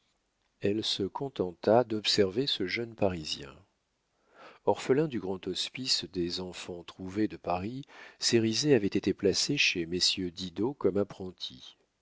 elle se contenta d'observer ce jeune parisien orphelin du grand hospice des enfants-trouvés de paris cérizet avait été placé chez messieurs didot comme apprenti